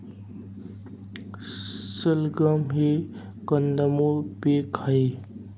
सलगम हे कंदमुळ पीक आहे